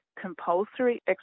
compulsory